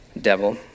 devil